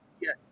Yes